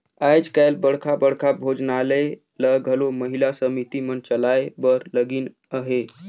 आएज काएल बड़खा बड़खा भोजनालय ल घलो महिला समिति मन चलाए बर लगिन अहें